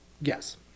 Yes